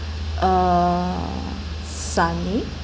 uh sunny